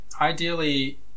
Ideally